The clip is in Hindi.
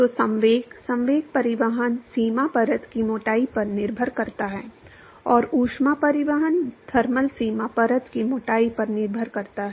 तो संवेग संवेग परिवहन सीमा परत की मोटाई पर निर्भर करता है और ऊष्मा परिवहन थर्मल सीमा परत की मोटाई पर निर्भर करता है